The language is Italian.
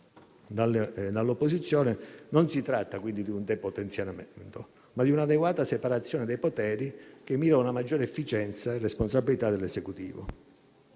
dall'opposizione, non si tratta quindi di un depotenziamento, ma di un'adeguata separazione dei poteri, che mira a una maggiore efficienza e responsabilità dell'Esecutivo.